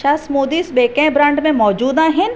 छा स्मूदीज़ ॿिए कंहिं ब्रांड में मौजूदु आहिनि